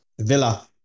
Villa